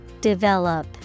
Develop